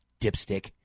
dipstick